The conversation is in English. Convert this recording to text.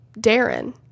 Darren